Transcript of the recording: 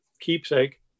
keepsake